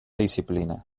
disciplina